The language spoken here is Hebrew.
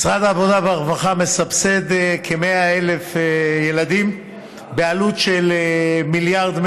משרד העבודה והרווחה מסבסד כ-100,000 ילדים בעלות של 1.1 מיליארד,